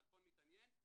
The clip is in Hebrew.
חלפון מתעניין,